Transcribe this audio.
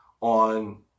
on